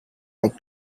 like